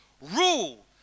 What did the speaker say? Rule